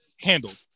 handled